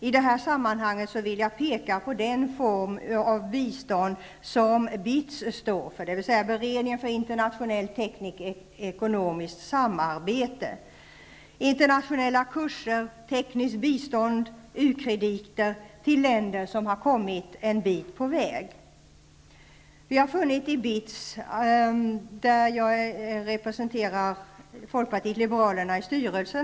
I det här sammanhanget vill jag peka på den form av bistånd som BITS, dvs. beredningen för internationellt tekniskt och ekonomiskt samarbete, står för: internationella kurser, tekniskt bistånd och ukrediter till länder som har kommit en bit på väg. Jag representerar Folkpartiet liberalerna i BITS styrelse.